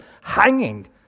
hanging